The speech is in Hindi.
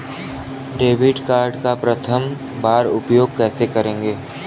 डेबिट कार्ड का प्रथम बार उपयोग कैसे करेंगे?